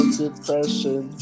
depression